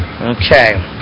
okay